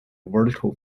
vertical